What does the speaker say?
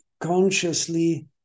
consciously